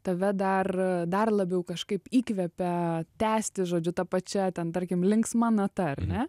tave dar dar labiau kažkaip įkvepia tęsti žodžiu ta pačia ten tarkim linksma nata ar ne